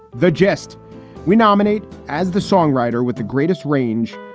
the jeste we nominate as the songwriter with the greatest range.